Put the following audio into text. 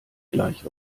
gleich